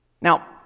Now